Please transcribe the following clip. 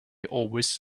always